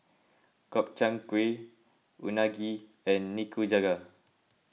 Gobchang Gui Unagi and Nikujaga